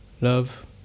Love